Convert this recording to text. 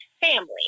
family